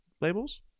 labels